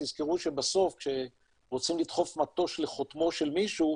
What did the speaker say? תזכרו שבסוף כשרוצים לדחוף מטוש לחוטמו של מישהו,